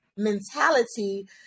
mentality